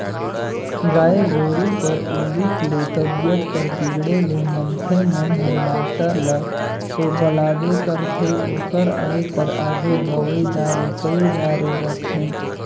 गाय गोरु कर उदुप ले तबीयत कर बिगड़े ले मनखे मन हर डॉक्टर ल तो बलाबे करथे ओकर आये कर आघु दवई दारू कईर डारे रथें